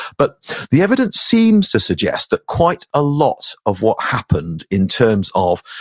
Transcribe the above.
but the evidence seems to suggest that quite a lot of what happened in terms of